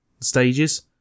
stages